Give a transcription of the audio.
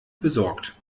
besorgt